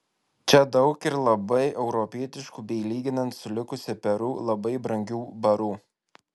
čia daug ir labai europietiškų bei lyginant su likusia peru labai brangių barų